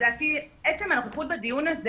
עצם הנוכחות בדיון הזה